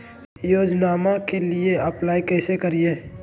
योजनामा के लिए अप्लाई कैसे करिए?